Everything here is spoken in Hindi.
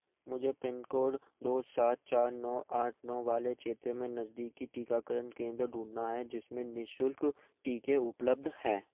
मुझे पिनकोड दो सात चार नौ आठ नौ वाले क्षेत्र में नज़दीकी टीकाकरण केंद्र ढूँढना है जिसमें निःशुल्क टीके उपलब्ध हैं